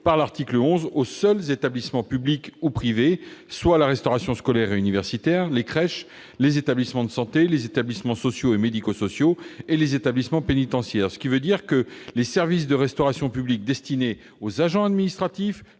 par l'article 11 aux seuls gestionnaires, publics ou privés, des services de restauration scolaire et universitaire, des crèches, des établissements de santé, sociaux et médico-sociaux et des établissements pénitentiaires, ce qui veut dire que les services de restauration publique destinés aux agents administratifs,